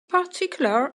particular